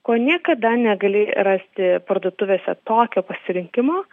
ko niekada negali rasti parduotuvėse tokio pasirinkimo